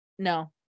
no